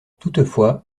toutefois